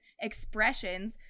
expressions